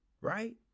right